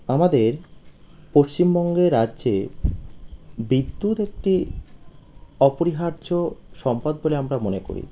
আমাদের পশ্চিমবঙ্গে রাজ্যে বিদ্যুৎ একটি অপরিহার্য সম্পদ বলে আমরা মনে করি